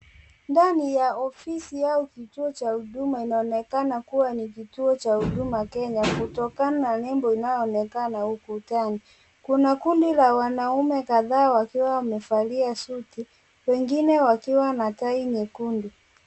Ndani ya ofisi au kituo cha huduma inaonekana kuwa ni vituo cha huduma Kenya kutokana na nembo inayoonekana ukjtani, kuna kundi la wanaume kadhaa wakiwa wamevalia suti, wengine wakiwa na tai nyekundu.